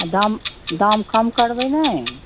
आ दाम आ दाम कम करबै ने